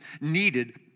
needed